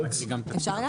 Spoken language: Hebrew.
כבר.